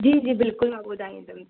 जी जी बिल्कुलु मां ॿुधाईंदमि